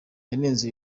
yanenze